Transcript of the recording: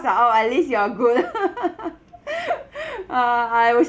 so at least you are good uh I would